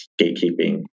gatekeeping